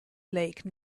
lake